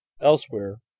Elsewhere